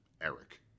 Eric